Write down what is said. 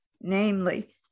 Namely